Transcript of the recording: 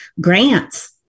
grants